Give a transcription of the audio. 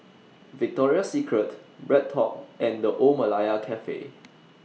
Victoria Secret BreadTalk and The Old Malaya Cafe